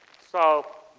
so,